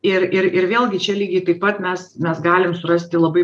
ir ir ir vėlgi čia lygiai taip pat mes mes galim surasti labai